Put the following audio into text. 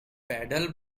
paddle